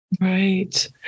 Right